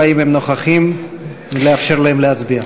הם נוכחים ולאפשר להם להצביע.